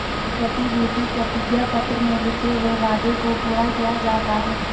प्रतिभूति प्रतिज्ञा पत्र में लिखे हुए वादे को पूरा किया जाता है